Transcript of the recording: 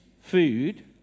food